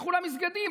לכו למסגדים,